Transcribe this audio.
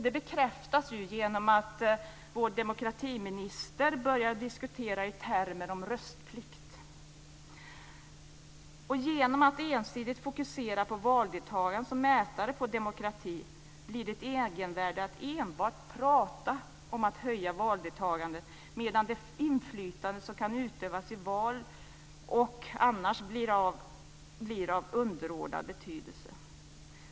Det bekräftas av att vår demokratiminister börjar diskutera i termer av röstplikt. Genom att ensidigt fokusera på valdeltagandet som mätare på demokrati blir det ett egenvärde att prata om att öka valdeltagandet, medan det inflytande som kan utövas i val och annars blir av underordnad betydelse.